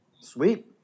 Sweet